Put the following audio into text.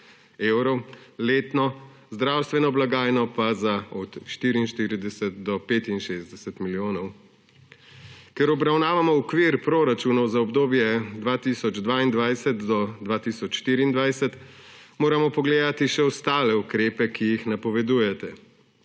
letno, zdravstvene blagajne pa za od 44 do 65 milijonov. Ker obravnavamo okvir proračunov za obdobje 2022–2024, moramo pogledati še ostale ukrepe, ki jih napovedujete.